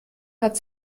hat